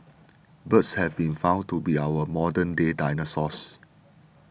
birds have been found to be our modern day dinosaurs